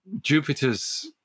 Jupiter's